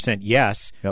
yes